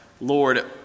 Lord